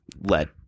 let